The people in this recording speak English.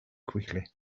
quickly